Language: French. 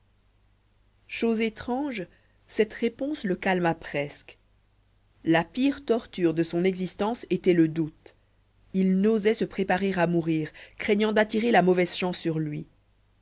chose étrange cette réponse le calma presque la pire torture de son existence était le doute il n'osait se préparer à mourir craignant d'attirer la mauvaise chance sur lui